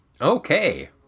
Okay